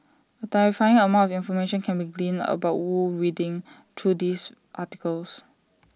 A terrifying amount of information can be gleaned about wu reading through these articles